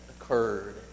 occurred